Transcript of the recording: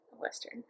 Western